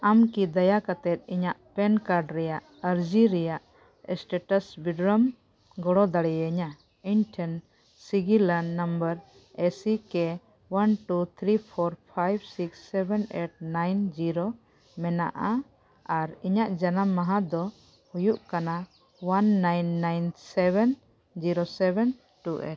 ᱟᱢ ᱠᱤ ᱫᱟᱭᱟ ᱠᱟᱛᱮᱫ ᱤᱧᱟᱹᱜ ᱯᱮᱱ ᱠᱟᱨᱰ ᱨᱮᱭᱟᱜ ᱟᱨᱡᱤ ᱨᱮᱭᱟᱜ ᱮᱥᱴᱮᱴᱟᱥ ᱵᱤᱰᱨᱟᱹᱣᱮᱢ ᱜᱚᱲᱚ ᱫᱟᱲᱮᱭᱟᱹᱧᱟ ᱤᱧ ᱴᱷᱮᱱ ᱥᱤᱜᱤᱞᱟᱱ number A C K one two three four five six seven eight nine zero ᱢᱮᱱᱟᱜᱼᱟ ᱟᱨ ᱤᱧᱟᱹᱜ ᱡᱟᱱᱟᱢ ᱢᱟᱦᱟ ᱫᱚ ᱦᱩᱭᱩᱜ ᱠᱟᱱᱟ one nine nine seven zero seven two eight